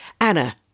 Anna